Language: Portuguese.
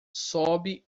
sob